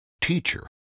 teacher